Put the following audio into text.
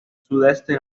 sudeste